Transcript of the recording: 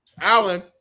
Alan